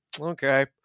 Okay